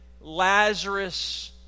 Lazarus